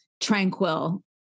tranquil